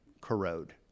corrode